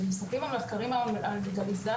כשמסתכלים על מחקרים על לגליזציה,